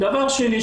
דבר שני,